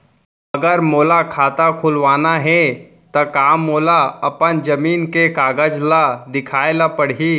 अगर मोला खाता खुलवाना हे त का मोला अपन जमीन के कागज ला दिखएल पढही?